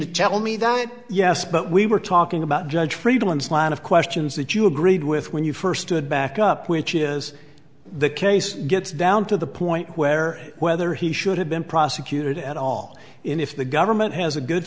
to tell me that yes but we were talking about judge friedman's line of questions that you agreed with when you first a back up which is the case gets down to the point where whether he should have been prosecuted at all if the government has a good